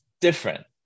different